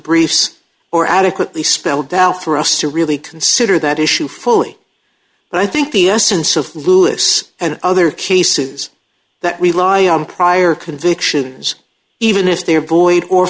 briefs or adequately spelled out for us to really consider that issue fully but i think the essence of lewis and other cases that we lie on prior convictions even if they are void or